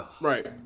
Right